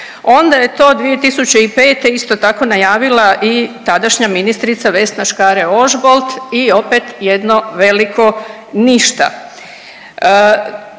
onda je to 2005. isto tak najavila i tadašnja ministrica Vesna Škare Ožbolt i opet jedno veliko ništa.